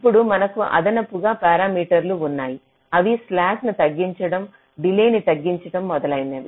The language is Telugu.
ఇప్పుడు మనకు అదనపు పారామీటర్లు ఉన్నాయి అవి స్లాక్ను తగ్గించడం డిలే ని తగ్గించడం మొదలైనవి